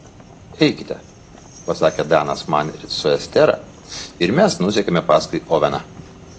eikite pasakė danas man su estera ir mes nusekėme paskui oveną